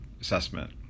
assessment